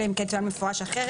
אלא אם כן צוין במפורש אחרת.